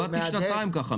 עבדתי שנתיים ככה,